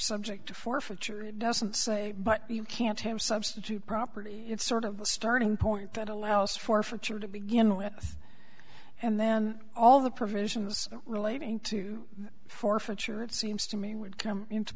subject to forfeiture it doesn't say but you can't time substitute property it's sort of a starting point that allows forfeiture to begin with and then all the provisions relating to forfeiture it seems to me would come into